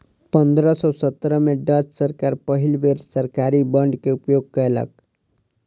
पंद्रह सौ सत्रह में डच सरकार पहिल बेर सरकारी बांड के उपयोग कयलक